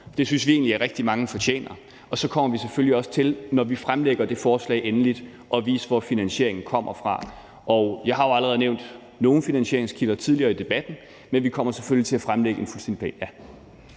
Det synes vi egentlig at rigtig mange fortjener. Så kommer vi selvfølgelig også til, når vi fremlægger det forslag endeligt, at vise, hvor finansieringen kommer fra. Og jeg har jo allerede nævnt nogle finansieringskilder tidligere i debatten, men vi kommer selvfølgelig til at fremlægge en fuldstændig plan,